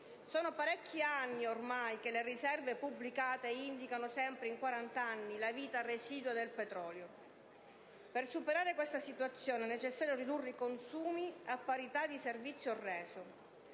Sono parecchi anni che le riserve pubblicate indicano sempre in 40 anni la vita residua del petrolio. Per superare questa situazione è necessario ridurre i consumi a parità di servizio reso.